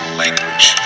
language